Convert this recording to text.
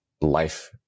life